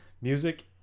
music